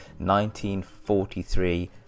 1943